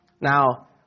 Now